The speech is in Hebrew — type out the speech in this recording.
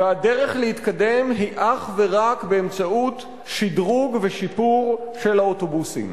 והדרך להתקדם היא אך ורק באמצעות שדרוג ושיפור של האוטובוסים.